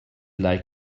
like